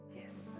Yes